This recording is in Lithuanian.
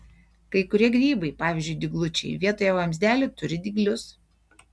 kai kurie grybai pavyzdžiui dyglučiai vietoj vamzdelių turi dyglius